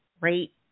Rate